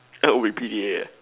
uh we P_D_A ah